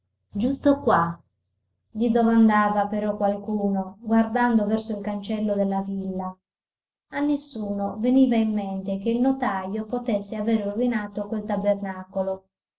giusto qua gli domandava però qualcuno guardando verso il cancello della villa a nessuno veniva in mente che il notajo potesse avere ordinato quel tabernacolo